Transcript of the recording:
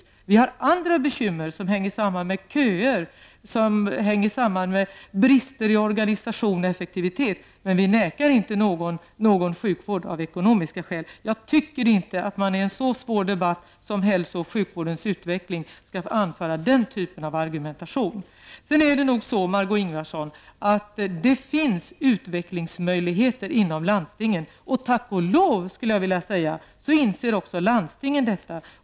I stället finns det andra bekymmer som hänger samman med köer och med brister i organisation och effektivitet. Men vi nekar alltså inte någon sjukvård av ekonomiska skäl. I en så svår debatt som den om hälso och sjukvårdens utveckling tycker jag inte att man skall anföra den typen av argumentation. Vidare finns det, Margó Ingvardsson, utvecklingsmöjligheter inom landstingen. Tack och lov, skulle jag vilja säga, inser också landstingen detta.